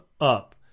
up